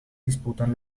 disputan